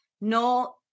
No